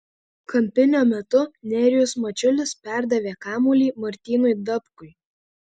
kampinio metu nerijus mačiulis perdavė kamuolį martynui dapkui